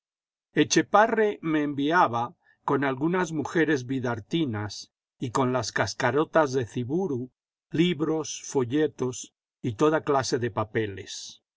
etchepare me enviaba con algunas mujeres bidartinas y con las cascarotas de ciburu libros folletos y toda clase de papeles